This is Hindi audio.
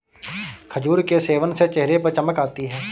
खजूर के सेवन से चेहरे पर चमक आती है